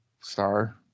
star